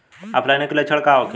ऑफलाइनके लक्षण का होखे?